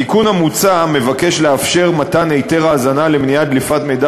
התיקון המוצע מבקש לאפשר מתן היתר האזנה למניעת דליפת מידע